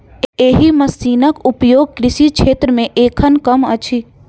एहि मशीनक उपयोग कृषि क्षेत्र मे एखन कम अछि